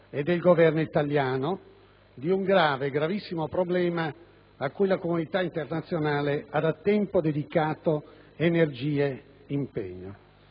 e del Governo italiano di un gravissimo problema, a cui la comunità internazionale ha da tempo dedicato energie ed impegno.